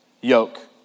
yoke